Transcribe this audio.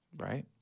right